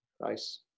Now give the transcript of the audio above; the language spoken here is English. nice